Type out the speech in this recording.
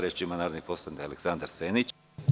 Reč ima narodni poslanik Aleksandar Senić.